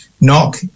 Knock